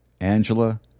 Angela